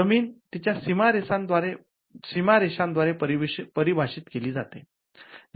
जमीन तिच्या सीमांद्वारे परिभाषित केली जाते